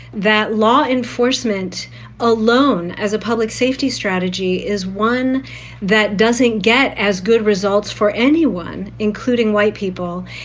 that law enforcement alone as a public safety strategy is one that doesn't get as good results for anyone, including white people,